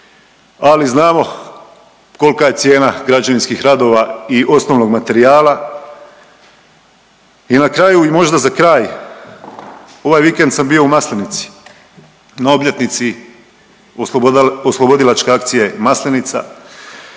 ali znamo kolika je cijena građevinskih radova i osnovnog materijala. I na kraju i možda za kraj, ovaj vikend sam bio u Maslenici na obljetnici oslobodilačke akcije Maslenica